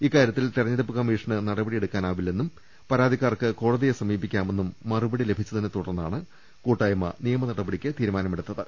ഇക്കാ ര്യത്തിൽ തെരഞ്ഞെടുപ്പ് കമ്മീഷന് നടപടിയെടുക്കാനാവില്ലെന്നും പരാതിക്കാർക്ക് കോടതിയെ സമീപിക്കാമെന്നും മറുപടി ലഭിച്ചതിനെ തുടർന്നാണ് കൂട്ടായ്മ നിയമ നടപടിക്ക് തീരുമാനമെടുത്തത്